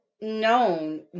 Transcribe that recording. known